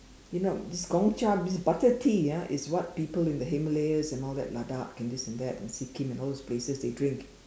you know this Gong Cha this butter tea ah is what people in the Himalayas and Ladakh and this and that and Sikkim and all these places they drink